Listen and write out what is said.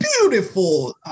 beautiful